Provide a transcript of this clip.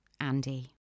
Andy